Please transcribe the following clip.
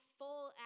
full